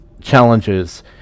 challenges